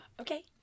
Okay